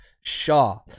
shaw